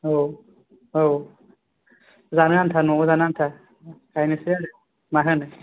आव आव जान आन्था न'आव जानो आन्था गायनोसै आरो मा होनो